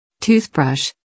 Toothbrush